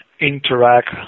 Interact